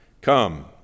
come